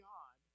God